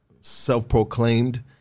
self-proclaimed